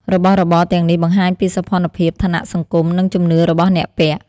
របស់របរទាំងនេះបង្ហាញពីសោភ័ណភាព ឋានៈសង្គម និងជំនឿរបស់អ្នកពាក់។